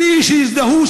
בלי שיזדהו.